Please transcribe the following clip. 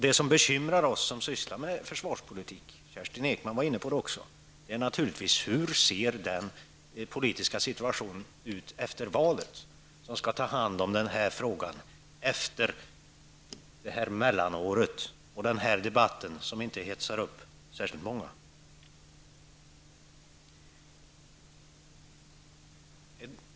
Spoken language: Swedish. Det som bekymrar oss som sysslar med försvarspolitiken -- Kerstin Ekman var inne på detta -- är hur den politiska sistuationen ser ut efter valet. Vem skall ta hand om denna fråga efter mellanåret, efter den här debatten som inte hetsar upp särskilt många?